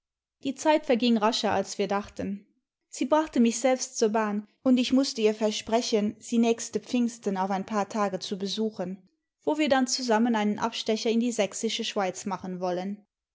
die zeit verging rascher als wir dachten sie brachte mich selbst zur bahn und ich mußte ihr versprechen sie nächste pfingsten auf ein paar tage zu besuchen wo wir dann zusammen einen abstecher in die sächsische schweiz machen wollen